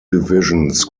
divisions